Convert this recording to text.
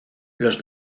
los